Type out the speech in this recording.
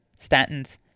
statins